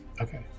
Okay